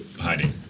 hiding